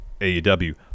AEW